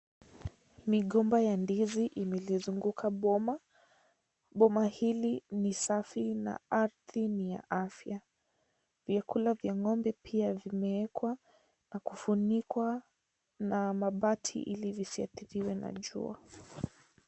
Migomba ya ndizi imelizunguka boma. Boma hili ni safi na ardi ni ya afya. Vyakula vya ng'ombe pia vimeekwa na kufunikwa na mabati ili visiadhiriwe na jua.